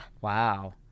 wow